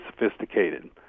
sophisticated